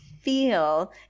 feel